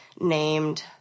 named